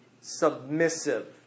submissive